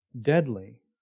deadly